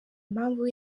impamvu